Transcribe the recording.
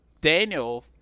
daniel